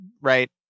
right